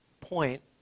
point